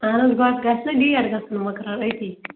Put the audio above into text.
اَہن حظ بَس گژھِ نا ڈیٹ گژھُن مُکرر أتی